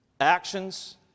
Actions